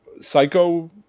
Psycho